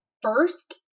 first